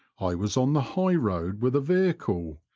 i was on the high road with a vehicle,